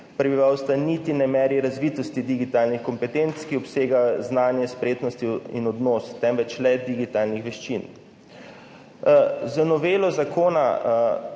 prebivalstva, niti ne meri razvitosti digitalnih kompetenc, ki obsega znanje, spretnosti in odnos, temveč le digitalnih veščin. Z novelo zakona